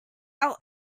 our